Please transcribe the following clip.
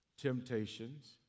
temptations